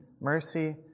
mercy